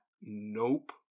Nope